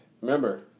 Remember